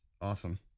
awesome